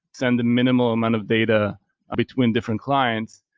send a minimal amount of data between different clients.